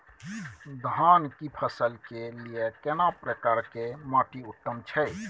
धान की फसल के लिये केना प्रकार के माटी उत्तम छै?